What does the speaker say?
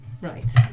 Right